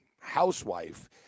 housewife